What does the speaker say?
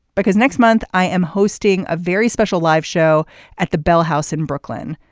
because next month i am hosting a very special live show at the bell house in brooklyn.